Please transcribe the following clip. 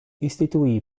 istituì